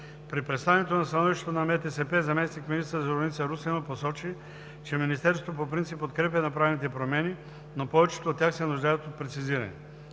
При представянето на становището на МТСП заместник-министър Зорница Русинова посочи, че Министерството по принцип подкрепя направените промени, но повечето от тях се нуждаят от прецизиране.